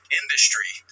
industry